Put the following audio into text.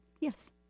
yes